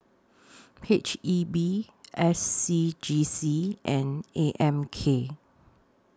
H E B S C G C and A M K